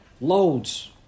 Loads